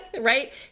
Right